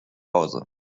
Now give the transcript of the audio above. hause